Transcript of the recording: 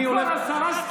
יועז, בשם מי אתה מדבר?